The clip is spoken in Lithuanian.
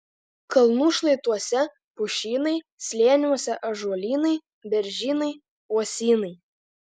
kalnų šlaituose pušynai slėniuose ąžuolynai beržynai uosynai